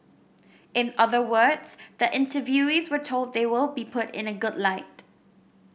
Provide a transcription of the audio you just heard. in other words the interviewees were told they will be put in a good light